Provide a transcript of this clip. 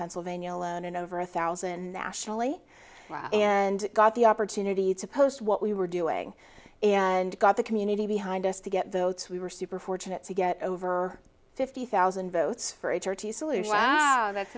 pennsylvania alone and over a thousand national and got the opportunity to post what we were doing and got the community behind us to get those we were super fortunate to get over fifty thousand votes for